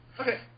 Okay